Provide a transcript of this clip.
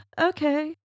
okay